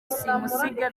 simusiga